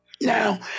Now